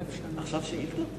והביטחון נתקבלה.